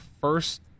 first